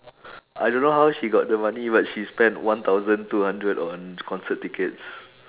I don't know how she got the money but she spend one thousand two hundred on concert tickets